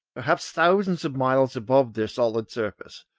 perhaps thousands of miles above their solid surfaces,